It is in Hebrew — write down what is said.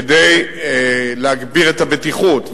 כדי להגביר את הבטיחות,